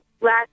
last